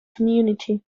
community